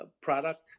product